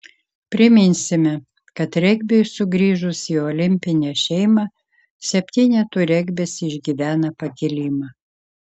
priminsime kad regbiui sugrįžus į olimpinę šeimą septynetų regbis išgyvena pakilimą